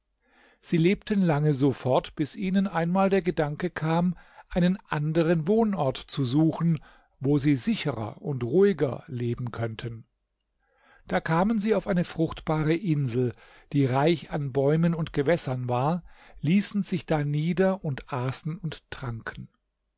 sie lebten lange so fort bis ihnen einmal der gedanke kam einen anderen wohnort zu suchen wo sie sicherer und ruhiger leben könnten da kamen sie auf ein fruchtbare insel die reich an bäumen und gewässern war ließen sich da nieder und aßen und tranken